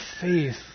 faith